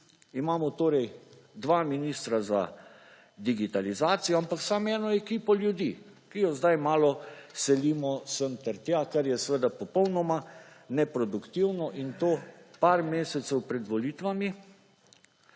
Imamo torej dva ministra za digitalizacijo, ampak samo eno ekipo ljudi, ki jo sedaj malo selimo sem ter tja, kar je seveda popolnoma neproduktivno in to par mesecev pred volitvami,